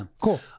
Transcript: Cool